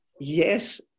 Yes